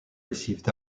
received